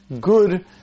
good